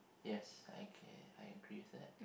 yes okay I agree with that